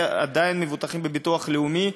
ועדיין מבוטחים בביטוח לאומי,